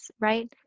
right